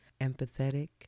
empathetic